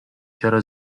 چرا